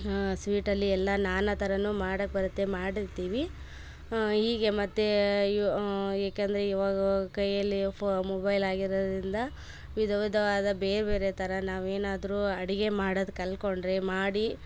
ಆ ಸ್ವೀಟಲ್ಲಿ ಎಲ್ಲ ನಾನ ಥರನು ಮಾಡಕ್ಕೆ ಬರುತ್ತೆ ಮಾಡಿರ್ತೀವಿ ಹೀಗೆ ಮತ್ತು ಯೊ ಏಕೆಂದರೆ ಇವಾಗವಾಗ ಕೈಯಲ್ಲಿ ಫೊ ಮೊಬೈಲ್ ಆಗಿರೋದರಿಂದ ವಿಧ ವಿಧವಾದ ಬೇರ್ಬೇರೆ ಥರ ನಾವೇನಾದರೂ ಅಡಿಗೆ ಮಾಡದು ಕಲ್ಕೊಂಡರೆ ಮಾಡಿ